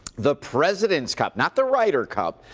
the president's cup, not the ryder cup,